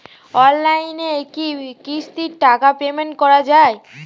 অনলাইনে কি কিস্তির টাকা পেমেন্ট করা যায়?